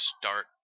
start